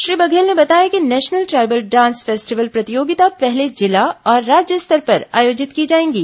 श्री बघेल ने बताया कि नेशनल ट्राइबल डांस फेस्टिवल प्रतियोगिता पहले जिला और राज्य स्तर पर आयोजित की जाएंगी